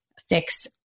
fix